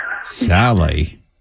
Sally